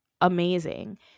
amazing